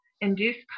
induced